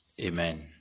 Amen